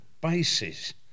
bases